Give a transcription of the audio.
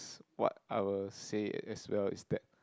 what I will say as well is that